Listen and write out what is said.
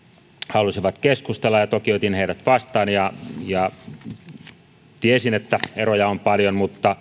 he halusivat keskustella ja toki otin heidät vastaan tiesin että eroja on paljon mutta